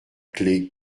clef